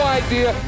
idea